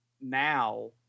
now